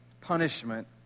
punishment